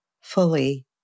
fully